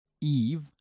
Eve